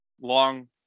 long